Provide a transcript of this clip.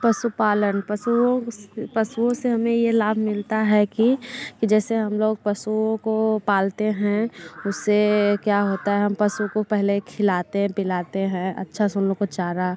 पशुपालन पशुओं पशुओं से हमें ह लाभ मिलता है कि कि जैसे हम लोग पशुओं को पालते हैं उससे क्या होता है हम पशुओं को पहले खिलाते हैं पिलाते हैं अच्छा सा उनको चारा